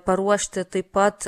paruošti taip pat